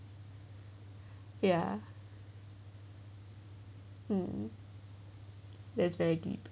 ya um is very deep